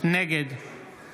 נגד אורית